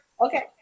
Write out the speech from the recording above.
Okay